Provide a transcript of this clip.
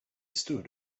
stood